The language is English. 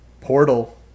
Portal